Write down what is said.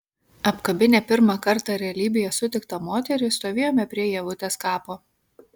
apkabinę pirmą kartą realybėje sutiktą moterį stovėjome prie ievutės kapo